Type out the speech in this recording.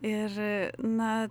ir na